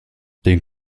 den